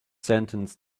sentence